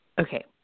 okay